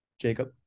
Jacob